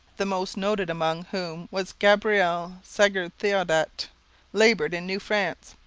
the most noted among whom was gabriel sagard-theodat, laboured in new france.